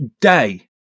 day